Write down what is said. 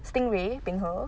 stingray peng he